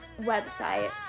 websites